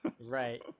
Right